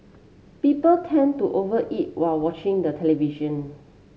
people tend to over eat while watching the television